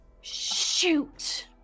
Shoot